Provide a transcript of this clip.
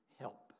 help